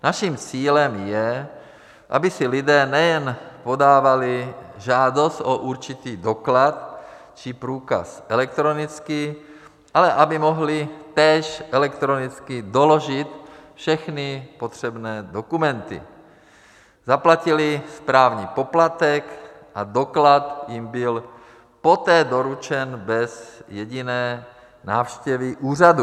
Naším cílem je, aby si lidé nejen podávali žádost o určitý doklad či průkaz elektronicky, ale aby mohli též elektronicky doložit všechny potřebné dokumenty, zaplatili správní poplatek a doklad jim byl poté doručen bez jediné návštěvy úřadu.